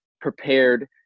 prepared